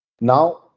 Now